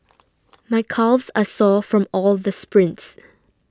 my calves are sore from all the sprints